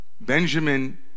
Benjamin